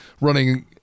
running –